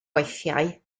weithiau